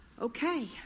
okay